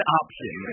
option